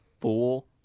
fool